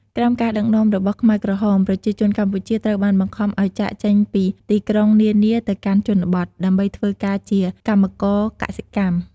ក្រោមការដឹកនាំរបស់ខ្មែរក្រហម ប្រជាជនកម្ពុជាត្រូវបានបង្ខំឲ្យចាកចេញពីទីក្រុងនានាទៅកាន់ជនបទ ដើម្បីធ្វើការជាកម្មករកសិកម្ម។